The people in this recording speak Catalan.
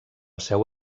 seu